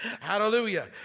Hallelujah